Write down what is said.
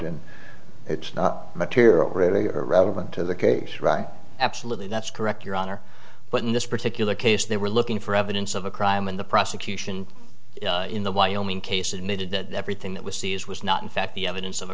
and it's not material really are relevant to the case right absolutely that's correct your honor but in this particular case they were looking for evidence of a crime and the prosecution in the wyoming case admitted that everything that was seized was not in fact the evidence of a